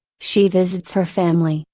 she visits her family,